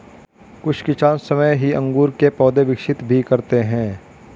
कुछ किसान स्वयं ही अंगूर के पौधे विकसित भी करते हैं